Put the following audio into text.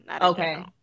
Okay